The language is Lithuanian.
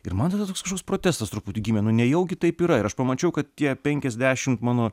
ir man tada toks kožkoks protestas truputį gimė nu nejaugi taip yra ir aš pamačiau kad tie penkiasdešimt mano